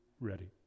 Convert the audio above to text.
ready